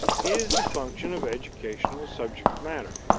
is the function of educational subject matter.